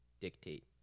dictate